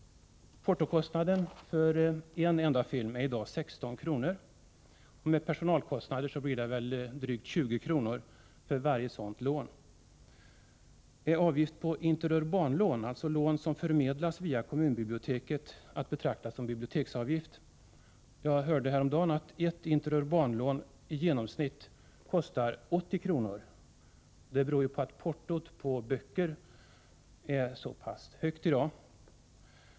Portokostnaden för en enda film är i dag 16 kr., och med personalkostnader blir det väl drygt 20 kr. för varje sådant lån. Är avgifter på interurbanlån, alltså lån som förmedlas via kommunbiblioteken, att betraktas som biblioteksavgift? Jag hörde häromdagen att ett interurbanlån i genomsnitt kostar 80 kr. Det beror på att portot på böcker i dag är så högt.